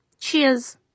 Cheers